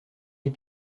les